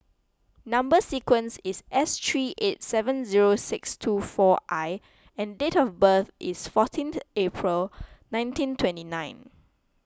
Number Sequence is S three eight seven zero six two four I and date of birth is fourteenth April nineteen twenty nine